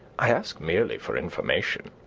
i ask merely for information.